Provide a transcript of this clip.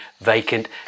vacant